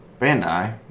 Bandai